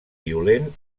violent